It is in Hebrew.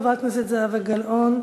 חברת הכנסת זהבה גלאון,